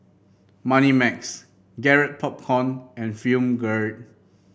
Moneymax Garrett Popcorn and Film Grade